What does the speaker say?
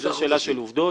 זו שאלה של עובדות.